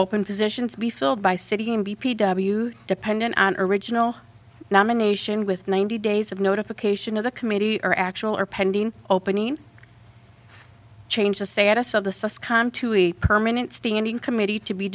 open positions be filled by city and d p w dependent on original nomination with ninety days of notification of the committee or actual or pending opening change the status of the sauce come to a permanent standing committee to be